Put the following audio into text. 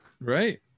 right